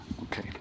Okay